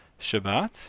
Shabbat